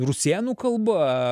rusėnų kalba